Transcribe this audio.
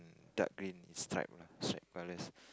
dark green is stripe lah stripe colours